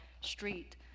street